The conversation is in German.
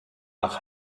nach